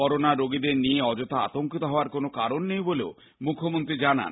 corona রোগীদের নিয়ে অযথা আতঙ্কিত হওয়ার কোনো কারণ নেই বলে মুখ্যমন্ত্রী জানান